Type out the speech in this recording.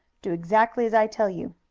do exactly as i tell you.